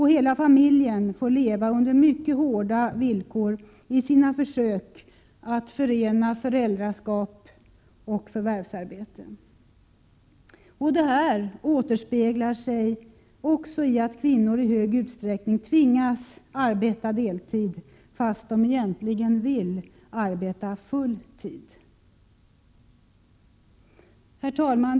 Hela familjen får leva under mycket hårda villkor i sina försök att förena föräldraskap och förvärvsarbete. Detta återspeglar sig också i att kvinnor i hög utsträckning tvingas arbeta deltid fast de egentligen vill arbeta full tid. Herr talman!